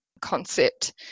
concept